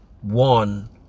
one